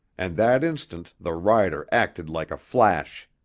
and that instant the rider acted like a flash.